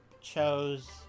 chose